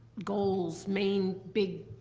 goals, main, big,